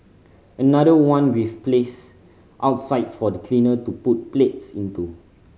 another one we've placed outside for the cleaner to put plates into